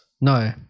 No